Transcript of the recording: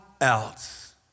else